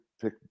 pick